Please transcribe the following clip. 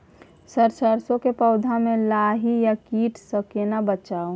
Sir सरसो के पौधा में लाही आ कीट स केना बचाऊ?